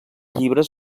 llibres